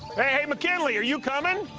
hey, mckinley! are you coming?